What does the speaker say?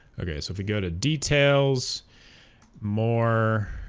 okay so if we go to details more